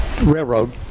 railroad